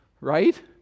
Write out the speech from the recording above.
right